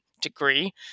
degree